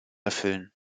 erfüllen